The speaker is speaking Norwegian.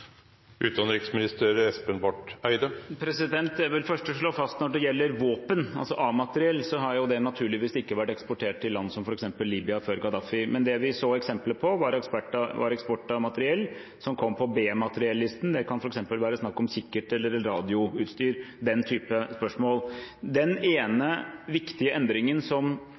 Jeg vil først slå fast: Når det gjelder våpen, altså A-materiell, har det naturligvis ikke vært eksportert til land som f.eks. Libya før Gaddafis fall. Det vi så eksempler på, var eksport av materiell som var på B-materiellisten. Det kan f.eks. være snakk om kikkert- eller radioutstyr, den type spørsmål. Den ene viktige endringen som